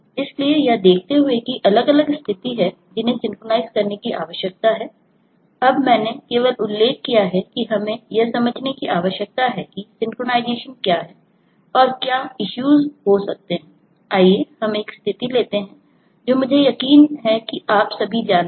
इसलिए यह देखते हुए कि अलग अलग स्थिति हैं जिन्हें सिंक्रनाइज़ से जुड़ा हुआ है